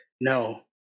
No